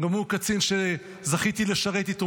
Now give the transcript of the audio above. גם הוא קצין שזכיתי לשרת איתו,